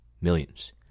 millions